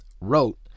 wrote